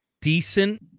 decent